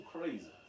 crazy